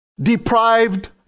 deprived